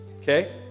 Okay